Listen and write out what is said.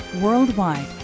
Worldwide